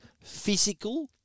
physical